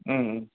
ம் ம்